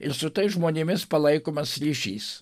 ir su tais žmonėmis palaikomas ryšys